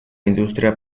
industria